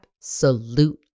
absolute